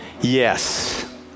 Yes